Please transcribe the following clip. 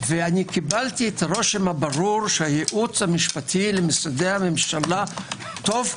וקיבלתי את הרושם הברור שהייעוץ המשפטי למשרדי הממשלה טוב ומועיל.